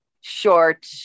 Short